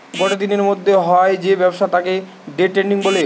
গটে দিনের মধ্যে হয় যে ব্যবসা তাকে দে ট্রেডিং বলে